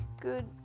good